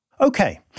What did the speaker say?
Okay